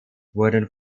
wurden